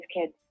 kids